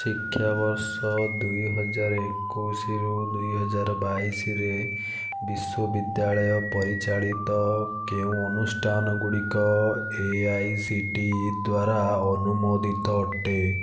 ଶିକ୍ଷାବର୍ଷ ଦୁଇହଜାର ଏକୋଇଶରୁ ଦୁଇହଜାର ବାଇଶରେ ବିଶ୍ୱବିଦ୍ୟାଳୟ ପରିଚାଳିତ କେଉଁ ଅନୁଷ୍ଠାନ ଗୁଡ଼ିକ A I C T E ଦ୍ଵାରା ଅନୁମୋଦିତ ଅଟେ